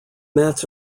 mats